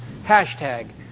hashtag